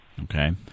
okay